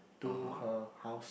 to her house